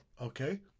Okay